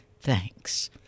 Thanks